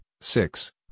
six